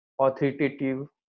authoritative